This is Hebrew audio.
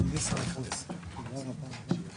אדוני היושב ראש, אני קודם כל חושב שיש לכם